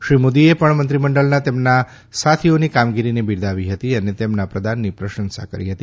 શ્રી મોદીએ પણ મંત્રીમંડળના તેમના સાથીઓની કામગીરીને બિરદાવી હતી અને તેમના પ્રદાનની પ્રશંસા કરી હતી